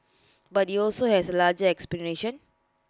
but he also has A larger aspiration